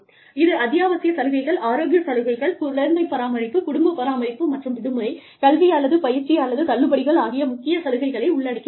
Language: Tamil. இது அத்தியாவசிய சலுகைகள் ஆரோக்கிய சலுகைகள் குழந்தை பராமரிப்பு குடும்ப பராமரிப்பு மற்றும் விடுமுறை கல்வி அல்லது பயிற்சி அல்லது தள்ளுபடிகள் ஆகிய முக்கிய சலுகைகளை உள்ளடக்கியுள்ளது